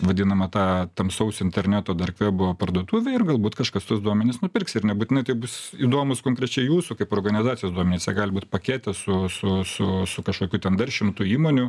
vadinamą tą tamsaus interneto darkvebo parduotuvę ir galbūt kažkas tuos duomenis nupirks ir nebūtinai tai bus įdomūs konkrečiai jūsų kaip organizacijos duomenys tai gali būt pakete su su su su kažkokių ten dar šimtų įmonių